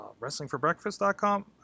WrestlingForBreakfast.com